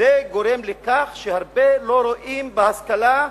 וזה גורם לכך שהרבה לא רואים בהשכלה,